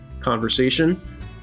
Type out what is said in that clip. conversation